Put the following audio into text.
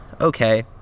okay